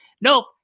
Nope